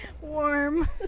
Warm